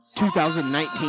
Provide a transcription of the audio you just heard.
2019